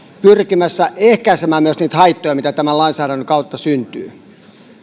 pyrkii ehkäisemään myös niitä haittoja mitä tämän lainsäädännön kautta syntyy